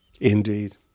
Indeed